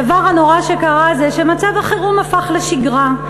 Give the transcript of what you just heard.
הדבר הנורא שקרה זה שמצב החירום הפך לשגרה,